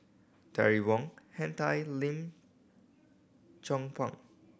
Terry Wong Henn Tan Lim Chong Pang